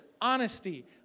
honesty